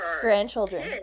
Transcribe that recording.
grandchildren